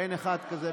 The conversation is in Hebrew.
אין אחד כזה.